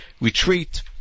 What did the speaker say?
retreat